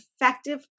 effective